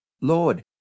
Lord